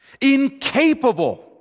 Incapable